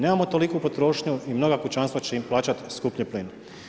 Nemamo toliku potrošnju i mnoga kućanstva će im plaćati skuplje plin.